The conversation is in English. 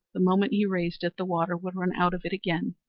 the moment he raised it the water would run out of it again,